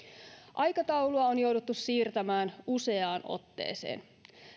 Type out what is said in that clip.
aikataulua on jouduttu siirtämään useaan otteeseen